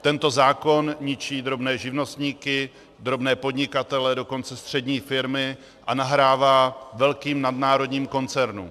Tento zákon ničí drobné živnostníky, drobné podnikatele, dokonce střední firmy a nahrává velkým nadnárodním koncernům.